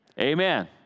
amen